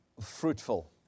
fruitful